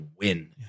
win